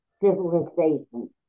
civilizations